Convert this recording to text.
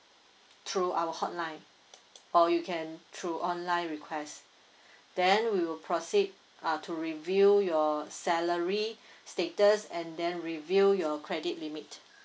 through our hotline or you can through online request then we will proceed uh to review your salary status and then review your credit limit